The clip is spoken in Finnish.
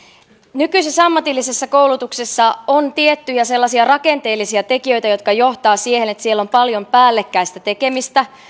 nykyisessä ammatillisessa koulutuksessa on tiettyjä sellaisia rakenteellisia tekijöitä jotka johtavat siihen että siellä on paljon päällekkäistä tekemistä